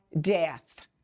death